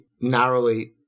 narrowly